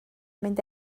mynd